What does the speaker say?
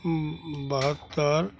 बहत्तर